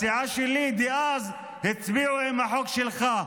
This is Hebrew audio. בסיעה שלי דאז, הצביעו עם החוק שלך,